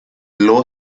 low